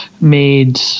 made